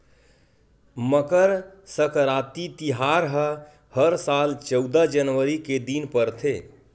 मकर सकराति तिहार ह हर साल चउदा जनवरी के दिन परथे